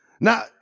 Now